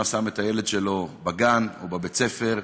הוא שם את הילד שלו בגן או בבית הספר,